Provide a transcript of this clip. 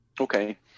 Okay